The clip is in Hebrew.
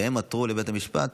הם עתרו לבית המשפט